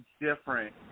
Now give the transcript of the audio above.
different